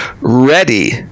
ready